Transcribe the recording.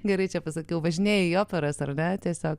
gerai čia pasakiau važinėji į operas ar ne tiesiog